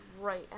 right